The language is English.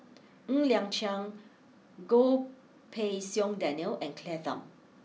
Ng Liang Chiang Goh Pei Siong Daniel and Claire Tham